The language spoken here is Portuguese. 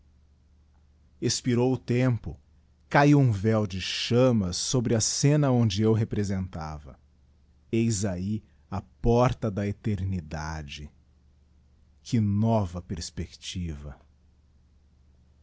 expirou o tempo cahiu um véu de chammas sobre a scena onde eu representava eis ahi a porta da eternidade que nova perspectiva